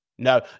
No